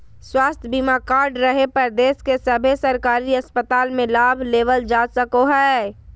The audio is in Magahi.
स्वास्थ्य बीमा कार्ड रहे पर देश के सभे सरकारी अस्पताल मे लाभ लेबल जा सको हय